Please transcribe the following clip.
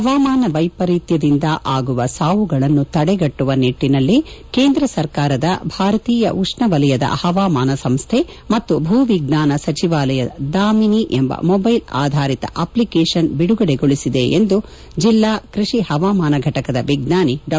ಹವಾಮಾನ ವೈಪರೀತ್ಯದಿಂದ ಆಗುವ ಸಾವುಗಳನ್ನು ತಡೆಗಟ್ಟುವ ನಿಟ್ಟಿನಲ್ಲಿ ಕೇಂದ್ರ ಸರ್ಕಾರದ ಭಾರತೀಯ ಉಡ್ಡವಲಯದ ಹವಾಮಾನ ಸಂಸ್ಥೆ ಮತ್ತು ಭೂವಿಜ್ಞಾನ ಸಚಿವಾಲಯದಡಿ ದಾಮಿನಿ ಎಂಬ ಮೊಬ್ವೆಲ್ ಆಧಾರಿತ ಅದ್ಜಿಕೇಷನ್ ಬಿಡುಗಡೆಗೊಳಿಸಿದೆ ಎಂದು ಜಿಲ್ಲಾ ಕೃಷಿ ಹವಾಮಾನ ಫಟಕದ ವಿಜ್ಞಾನಿ ಡಾ